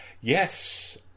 Yes